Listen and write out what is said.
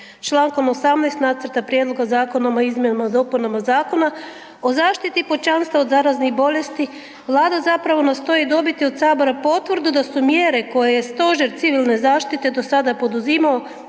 čl. 18. nacrta prijedloga Zakona o izmjenama i dopunama Zakona o zašiti pučanstva od zaraznih bolesti Vlada zapravo nastoji dobiti od sabora potvrdu da su mjere koje je Stožer civilne zaštite do sada poduzimao